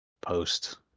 post